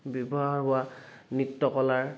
ব্যৱহাৰ হোৱা নৃত্য কলাৰ